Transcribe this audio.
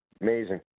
Amazing